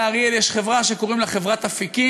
לאריאל יש חברה שקוראים לה "אפיקים".